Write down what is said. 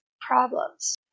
problems